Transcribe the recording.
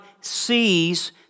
sees